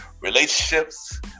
relationships